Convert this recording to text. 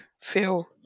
feel